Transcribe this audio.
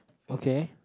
okay